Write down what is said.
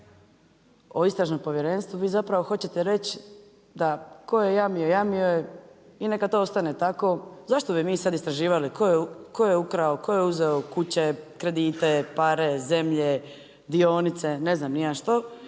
o istražnom povjerenstvu, vi zapravo hoćete reći da ko je jamio, jamio je i neka to ostane tako, zašto bi mi sad istraživali ko je ukrao, ko je uzeo kuće, kredite, pare, zemlje, dionice, ne znam ni ja što,